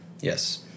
Yes